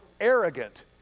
arrogant